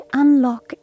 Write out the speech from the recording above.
unlock